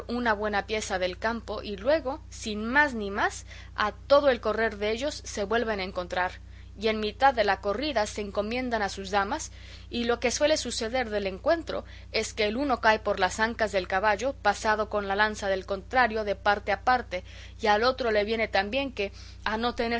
una buena pieza del campo y luego sin más ni más a todo el correr dellos se vuelven a encontrar y en mitad de la corrida se encomiendan a sus damas y lo que suele suceder del encuentro es que el uno cae por las ancas del caballo pasado con la lanza del contrario de parte a parte y al otro le viene también que